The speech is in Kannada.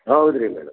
ಹೌದು ರೀ ಮೇಡಮ್